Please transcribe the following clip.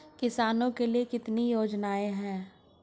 किसानों के लिए कितनी योजनाएं हैं?